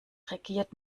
regiert